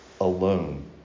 alone